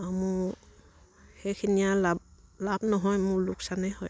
মোৰ সেইখিনিয়ে লাভ লাভ নহয় মোৰ লোকচানেই হয়